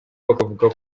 bakavuga